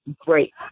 great